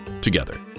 together